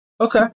Okay